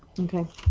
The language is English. okay?